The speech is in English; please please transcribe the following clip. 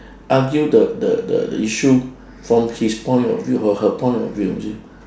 argue the the the the issue from his point of view or her point of view you see